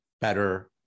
Better